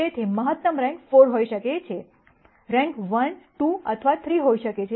તેથી મહત્તમ રેન્ક 4 હોઈ શકે છે રેન્ક 1 2 અથવા 3 હોઈ શકે છે